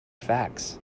facts